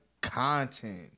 content